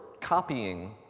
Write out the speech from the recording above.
copying